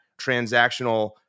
transactional